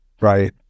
right